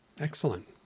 excellent